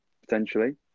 potentially